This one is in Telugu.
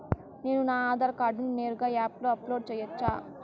నేను నా ఆధార్ కార్డును నేరుగా యాప్ లో అప్లోడ్ సేయొచ్చా?